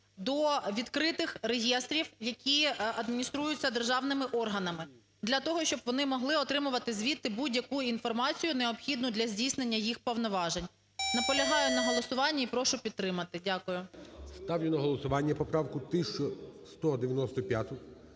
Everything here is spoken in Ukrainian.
до відкритих реєстрів, які адмініструються державними органами для того, щоб вони могли отримувати звідти будь-яку інформацію, необхідну для здійснення їх повноважень. Наполягаю на їх голосуванні і прошу підтримати. Дякую. ГОЛОВУЮЧИЙ. Ставлю на голосування поправку 1195.